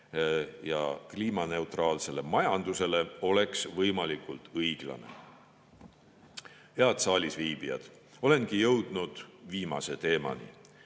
kliimaneutraalsele majandusele oleks võimalikult õiglane. Head saalisviibijad! Olengi jõudnud viimase teemani.